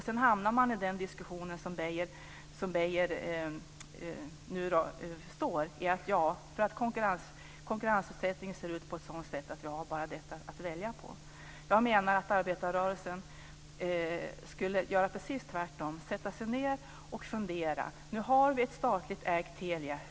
Sedan hamnar man i den diskussion som Beijer nu står i: För att konkurrensutsättningen ser ut på det här sättet har vi bara detta välja på. Jag menar att arbetarrörelsen skulle göra precis tvärtom. Vi skulle sätta oss ned och fundera. Nu har vi ett statligt ägt Telia.